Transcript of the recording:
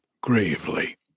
gravely